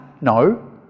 No